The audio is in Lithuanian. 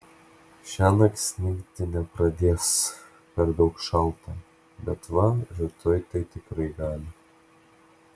šiąnakt snigti nepradės per daug šalta bet va rytoj tai tikrai gali